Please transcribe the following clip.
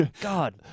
God